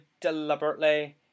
deliberately